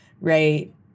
right